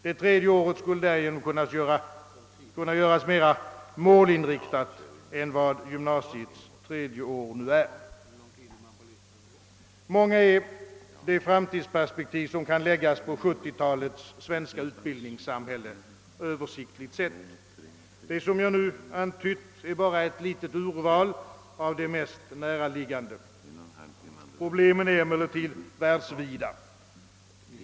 Det tredje året skulle därigenom kunna göras mer målinriktat än vad gymnasiets tredje år nu är. Många är de framtidsperspektiv som kan läggas på 1970-talets svenska utbildningssamhälle översiktligt sett. Det som jag nu antytt är bara ett litet urval av de mest näraliggande. Problemen är emellertid världsvida.